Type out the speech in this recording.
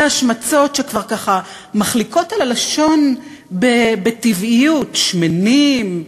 השמצות שכבר ככה מחליקות על הלשון בטבעיות: שמנים,